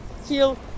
feel